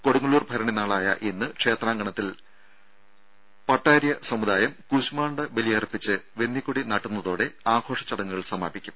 കൊടുങ്ങല്ലൂർ ഭരണി നാളായ ഇന്ന് ക്ഷേത്രാങ്കണത്തിൽ പട്ടാര്യ സമുദായം കൂശ്മാണ്ഡ ബലിയർപ്പിച്ച് വെന്നിക്കൊടി നാട്ടുന്നതോടെ ആഘോഷ ചടങ്ങുകൾ സമാപിക്കും